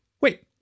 Wait